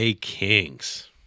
Kings